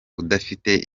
udafite